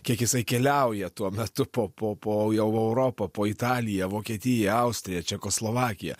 kiek jisai keliauja tuo metu po po po jau europą po italiją vokietiją austriją čekoslovakiją